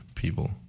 People